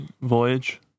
voyage